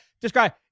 describe